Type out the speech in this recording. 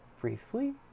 briefly